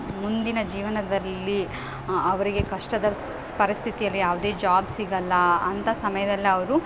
ಮುಂದಿನ ಜೀವನದಲ್ಲಿ ಅವರಿಗೆ ಕಷ್ಟದ ಪರಿಸ್ಥಿತಿಯಲ್ಲಿ ಯಾವುದೇ ಜಾಬ್ ಸಿಗೋಲ್ಲ ಅಂಥ ಸಮಯದಲ್ಲಿ ಅವರು